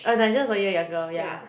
oh Nigel is one year younger yeah